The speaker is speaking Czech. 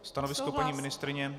Stanovisko paní ministryně?